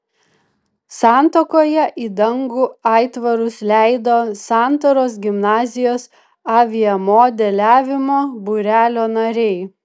santakoje į dangų aitvarus leido santaros gimnazijos aviamodeliavimo būrelio nariai